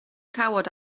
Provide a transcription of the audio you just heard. cawod